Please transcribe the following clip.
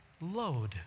load